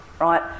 right